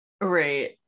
Right